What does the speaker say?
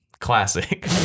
classic